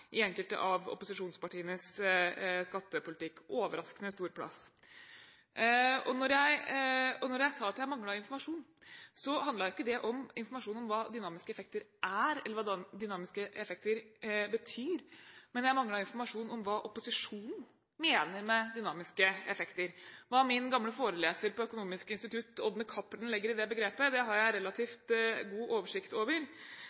i enkelte av opposisjonspartienes skattepolitikk. Da jeg sa at jeg manglet informasjon, handlet ikke det om informasjon om hva dynamiske effekter er, eller hva dynamiske effekter betyr, men jeg manglet informasjon om hva opposisjonen mener med dynamiske effekter. Hva min gamle foreleser på Økonomisk institutt, Ådne Cappelen, legger i det begrepet, har jeg relativt god oversikt over,